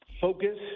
focus